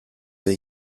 wir